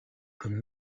comme